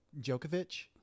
Djokovic